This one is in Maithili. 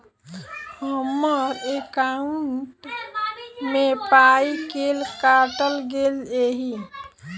हम्मर एकॉउन्ट मे पाई केल काटल गेल एहि